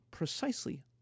precisely